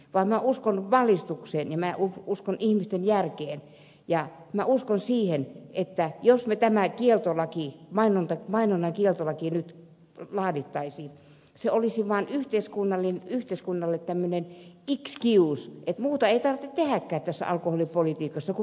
minä uskon valistukseen ja minä uskon ihmisten järkeen ja minä uskon siihen että jos me tämän mainonnan kieltolain nyt laatisimme se olisi vaan yhteiskunnalle tämmöinen excuse että muuta ei tarvitse tehdäkään tässä alkoholipolitiikassa kuin kieltää